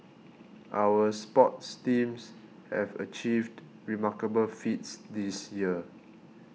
our sports teams have achieved remarkable feats this year